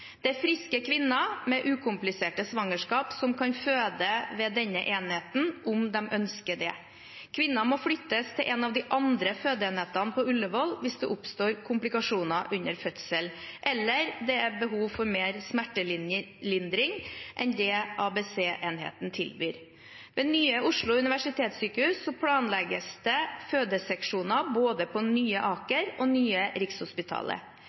Det er friske kvinner med ukompliserte svangerskap som kan føde ved denne enheten, om de ønsker det. Kvinnen må flyttes til en av de andre fødeenhetene på Ullevål hvis det oppstår komplikasjoner under fødsel, eller hvis det er behov for mer smertelindring enn det ABC-enheten tilbyr. Ved Nye Oslo universitetssykehus planlegges det fødeseksjoner både på Nye Aker og Nye Rikshospitalet.